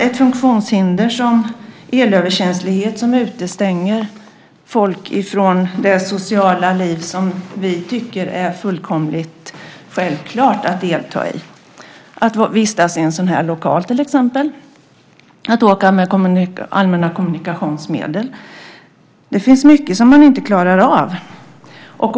Ett funktionshinder som elöverkänslighet utestänger folk från det sociala liv som vi tycker är fullkomligt självklart att delta i, till exempel att vistas i en sådan här lokal, att åka med allmänna kommunikationsmedel. Det finns mycket som man inte klarar av.